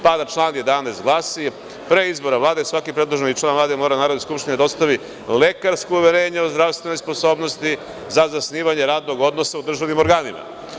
Pa, da član 11. glasi – Pre izbora Vlade svaki predloženi član Vlade mora Narodnoj skupštini da dostavi lekarsko uverenje o zdravstvenoj sposobnosti za zasnivanje radnog odnosa u državnim organima.